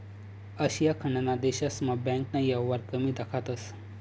आशिया खंडना देशस्मा बँकना येवहार कमी दखातंस